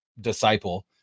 disciple